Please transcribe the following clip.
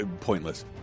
pointless